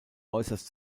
äußerst